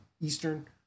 Eastern